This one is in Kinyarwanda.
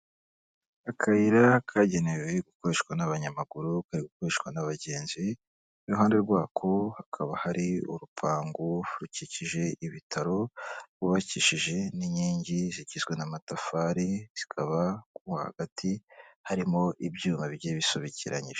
Akayira kagenewe gukoreshwa n'abanyamaguru kari gukoreshwa n'abagenzi, iruhande rwako hakaba hari urupangu rukikije ibitaro rwubakishije n'inkingi zigizwe n'amatafari zikaba mo hagati harimo ibyuma bigiye bisobekeranyije.